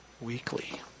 weekly